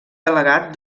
delegat